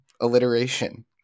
alliteration